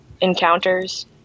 encounters